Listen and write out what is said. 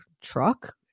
truck